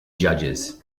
judges